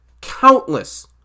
countless